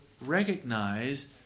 recognize